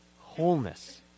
wholeness